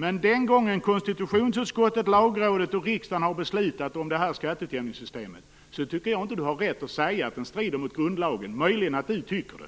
Men eftersom konstitutionsutskottet, Lagrådet och riksdagen har beslutat om detta skatteutjämningssystem tycker jag inte att Lennart Hedquist har rätt att säga att den strider mot grundlagen utan möjligen att han tycker